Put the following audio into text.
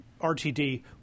RTD